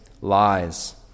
lies